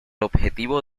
objetivo